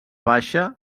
baixa